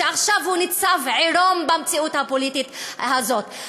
שעכשיו הוא ניצב עירום במציאות הפוליטית הזאת.